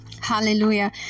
Hallelujah